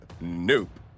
nope